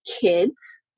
kids